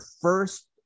first